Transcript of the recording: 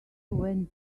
when